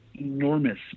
enormous